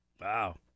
Wow